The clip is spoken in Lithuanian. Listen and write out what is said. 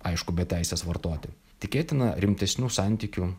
aišku be teisės vartoti tikėtina rimtesnių santykių